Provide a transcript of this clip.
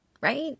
right